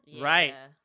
Right